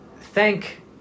thank